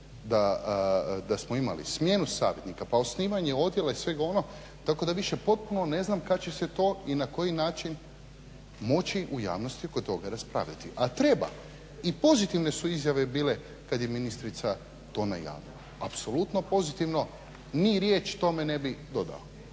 da smo imali smjenu savjetnika pa osnivanje odjela i svega onog tako da više potpuno ne znam kad će se to i na koji način moći u javnosti oko toga raspravljati. A treba i pozitivne su izjave bile kad je ministrica to najavila, apsolutno pozitivno, ni riječ tome ne bih dodao.